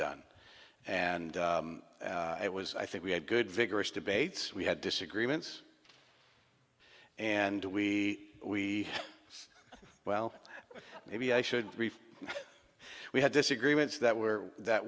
done and it was i think we had good vigorous debates we had disagreements and we we well maybe i should we had disagreements that were that